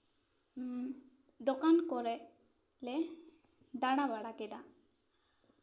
ᱟᱨ ᱫᱚᱠᱟᱱ ᱠᱚᱨᱮᱜ ᱞᱮ ᱫᱟᱲᱟᱵᱟᱲᱟ ᱠᱟᱫᱟᱱ